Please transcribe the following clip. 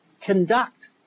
conduct